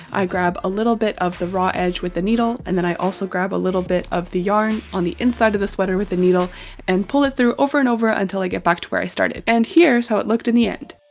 i grab a little bit of the raw edge with the needle and then i also grab a little bit of the yarn on the inside of the sweater with the needle and pull it through over and over ah until i get back to where i started. and here's how it looked in the end.